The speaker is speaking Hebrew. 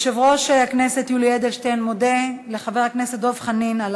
יושב-ראש הכנסת יולי אדלשטיין מודה לחבר הכנסת דב חנין על